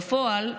בפועל,